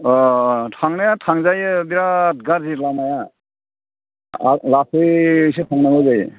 अ थांनाया थांजायो बिराद गाज्रि लामाया आरो लासैसो थांनांगौ जायो